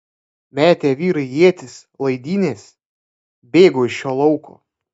metė vyrai ietis laidynes bėgo iš šio lauko